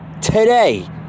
today